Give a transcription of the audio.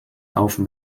auf